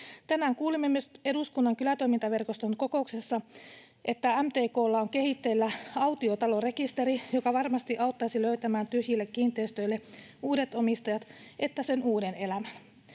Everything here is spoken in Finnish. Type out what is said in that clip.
Tänään kuulimme myös Eduskunnan kylätoimintaverkoston kokouksessa, että MTK:lla on kehitteillä autiotalorekisteri, joka varmasti auttaisi löytämään tyhjille kiinteistöille sekä uudet omistajat että uuden elämän.